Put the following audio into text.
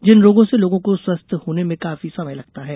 जिन रोगों से लोगों को स्वस्थ्य होने में काफी समय लगता है